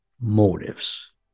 motives